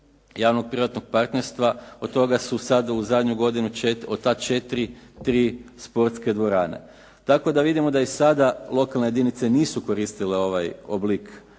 javno-privatno partnerstva. Od toga su sad ovu zadnju godinu od ta četiri, tri sportske dvorane. Tako da vidimo da i sada lokalne jedinice nisu koristile ovaj oblik